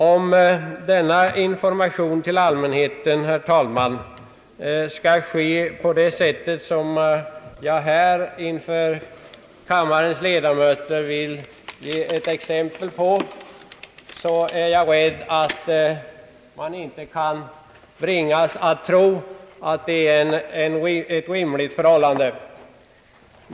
Om denna information, herr talman, skall göras så som de exempel jag på denna kartong vill visa kammarens ledamöter är jag rädd att man inte kan vara nöjd.